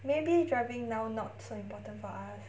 maybe driving now not so important for us